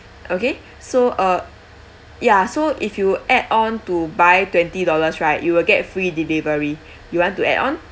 okay so uh yeah so if you add on to buy twenty dollars right you will get free delivery you want to add on